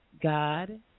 God